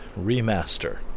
Remaster